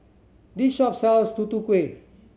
this shop sells Tutu Kueh